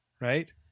right